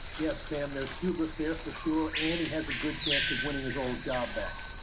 yes pam, there's hubris there for sure and he has a good chance of winning his old job back.